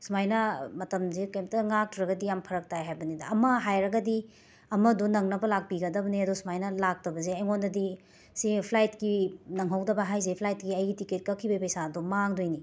ꯁꯨꯃꯥꯏꯅ ꯃꯇꯝꯁꯦ ꯀꯩꯝꯇ ꯉꯥꯛꯇ꯭ꯔꯒꯗꯤ ꯌꯥꯝꯅ ꯐꯔꯛ ꯇꯥꯏ ꯍꯥꯏꯕꯅꯤꯗ ꯑꯃ ꯍꯥꯏꯔꯒꯗꯤ ꯑꯃꯗꯣ ꯅꯪꯅꯕ ꯂꯥꯛꯄꯤꯒꯗꯕꯅꯦ ꯑꯗꯣ ꯁꯨꯃꯥꯏꯅ ꯂꯥꯛꯇꯕꯁꯦ ꯑꯩꯉꯣꯟꯗꯗꯤ ꯁꯦ ꯐ꯭ꯂꯥꯏꯠꯀꯤ ꯅꯪꯍꯧꯗꯕ ꯍꯥꯏꯁꯦ ꯐ꯭ꯂꯥꯏꯠꯀꯤ ꯑꯩꯒꯤ ꯇꯤꯀꯦꯠ ꯀꯛꯈꯤꯕꯒꯤ ꯄꯩꯁꯥꯗꯣ ꯃꯥꯡꯗꯣꯏꯅꯤ